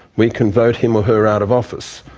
we can vote him or her out of office.